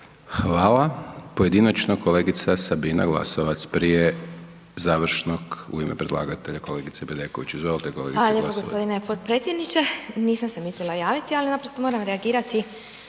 Hvala. Pojedinačno kolegica Sabina Glasovac, prije završnog u ime predlagatelja kolegice Bedeković,